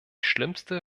schlimmste